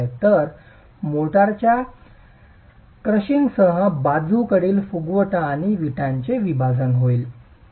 तर मोर्टारच्या क्रशिंगसह बाजूकडील फुगवटा आणि विटाचे विभाजन होईल